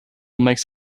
makes